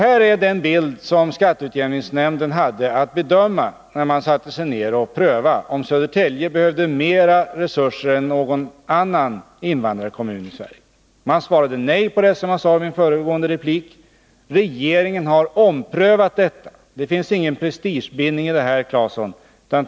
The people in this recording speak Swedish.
Detta är den bild som skatteutjämningsnämnden hade att bedöma när man satte sig ned för att pröva om Södertälje behövde mer resurser än någon annan invandrarkommun i Sverige. Man svarade nej, som jag sade i min föregående replik. Regeringen har omprövat detta. Det finns ingen prestigebindning i detta sammanhang, Tore Claeson.